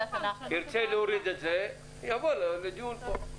אם הוא ירצה להוריד את זה אז זה יגיע לדיון פה.